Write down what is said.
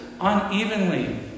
unevenly